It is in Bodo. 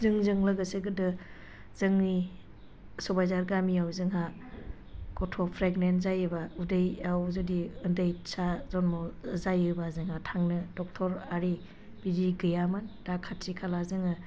जोंजों लोगोसे गोदो जोंनि सबाइझार गामियाव जोंहा गथ' प्रेगनेन जायोब्ला उदैयाव जुदि उन्दैसा जन्म जायोब्ला जोंहा थांनो ड'क्टर आरि बिदि गैयामोन दा खाथि खाला जोङो